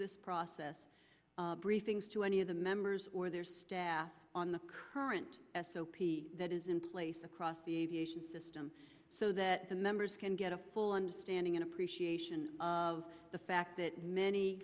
this process briefings to any of the members or their staff on the current s o p s that is in place across the aviation system so that the members can get a full understanding and appreciation of the fact that